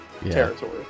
territory